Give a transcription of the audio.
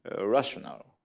rational